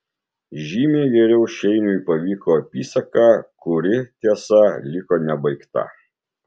žymiai geriau šeiniui pavyko apysaka kuri tiesa liko nebaigta